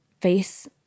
face